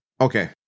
okay